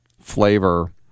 flavor